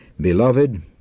Beloved